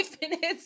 minutes